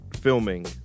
filming